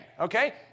Okay